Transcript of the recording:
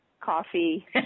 coffee